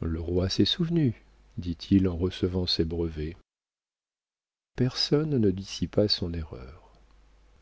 le roi s'est souvenu dit-il en recevant ses brevets personne ne dissipa son erreur